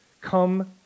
come